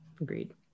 Agreed